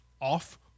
off